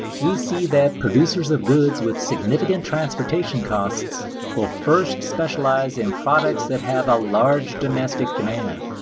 we see that producers of goods with significant transportation costs will first specialize in products that have a large domestic demand.